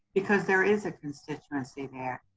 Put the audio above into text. because there is a constituency there,